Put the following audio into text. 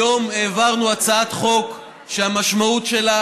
היום העברנו הצעת חוק שהמשמעות שלה